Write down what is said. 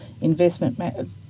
investment